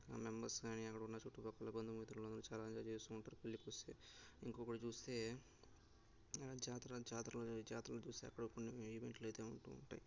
members కాని అక్కడ ఉన్న చుట్టుపక్కల బంధుమిత్రులందరూ చాలా ఎంజాయ్ చేస్తూ ఉంటారు పెళ్ళికొస్తే ఇంకొకటి చూస్తే జాతర జాతర రోజైతే జాతర చూస్తే అక్కడ కొన్ని ఈవెంట్లు అయితే ఉంటూ ఉంటాయి